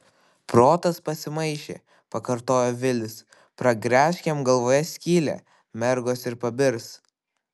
protas pasimaišė pakartojo vilis pragręžk jam galvoje skylę mergos ir pabirs